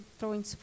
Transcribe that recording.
throwing